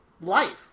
life